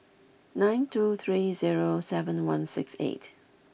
nine two three zero seven one six eight